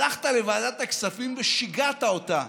הלכת לוועדת הכספים ושיגעת אותה